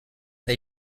they